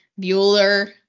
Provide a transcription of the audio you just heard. Bueller